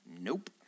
Nope